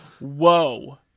Whoa